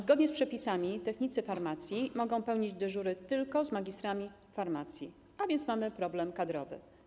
Zgodnie z przepisami technicy farmacji mogą pełnić dyżury tylko z magistrami farmacji, a więc mamy problem kadrowy.